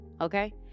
okay